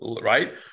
Right